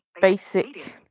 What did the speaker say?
basic